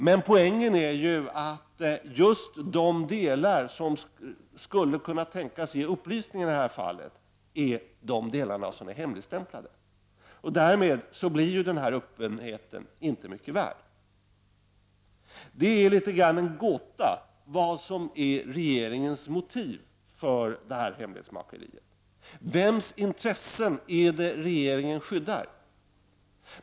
Men poängen är ju att just de delar som skulle kunna tänkas ge upplysning i det här fallet är de delar som är hemligstämplade. Därmed blir öppenheten inte mycket värd. Det är litet av en gåta vad som är regeringens motiv till hemlighetsmakeriet. Vems intressen är det regeringen skyddar?